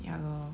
ya lor